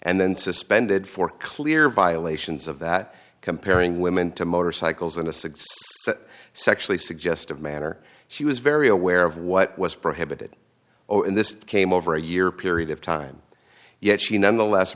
and then suspended for clear violations of that comparing women to motorcycles and to suggest that sexually suggestive manner she was very aware of what was prohibited in this came over a year period of time yet she nonetheless